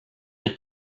for